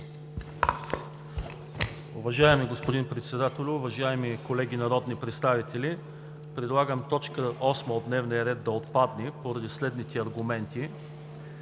Уважаеми господин Председателю, уважаеми колеги народни представители! Предлагам т. 8 от дневния ред да отпадне, поради следните аргументи.